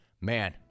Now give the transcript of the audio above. Man